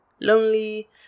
lonely